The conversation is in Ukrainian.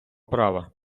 права